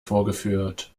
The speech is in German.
vorgeführt